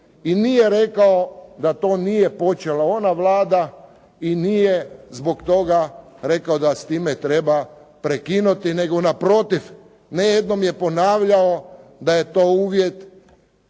i nije rekao da to nije počela ona Vlada i nije zbog toga rekao da s time treba prekinuti, nego naprotiv. Ne jednom je ponavljao da je to uvjet